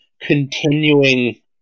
continuing